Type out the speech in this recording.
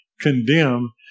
condemn